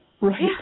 Right